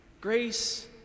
Grace